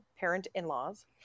parent-in-laws